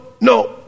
no